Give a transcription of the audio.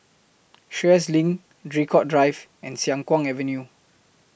Sheares LINK Draycott Drive and Siang Kuang Avenue